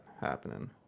happening